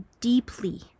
deeply